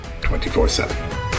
24-7